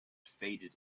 faded